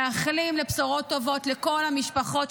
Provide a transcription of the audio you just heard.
מייחלים לבשורות טובות לכל המשפחות,